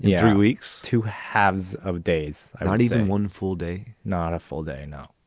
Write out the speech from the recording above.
yeah three weeks. two halves of days. not even one full day not a full day now.